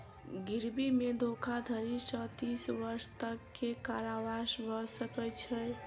गिरवी मे धोखाधड़ी सॅ तीस वर्ष तक के कारावास भ सकै छै